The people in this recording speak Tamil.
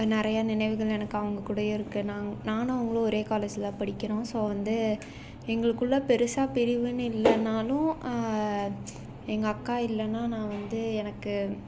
நிறையா நினைவுகள் எனக்கு அவங்கக்கூடையும் இருக்குது நாங்க நானும் அவங்களும் ஒரே காலேஜ்ல தான் படிக்கிறோம் ஸோ வந்து எங்களுக்குள்ள பெருசாக பிரிவுன்னு இல்லைன்னாலும் எங்கள் அக்கா இல்லைன்னா நான் வந்து எனக்கு